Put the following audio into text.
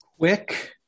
Quick